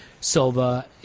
Silva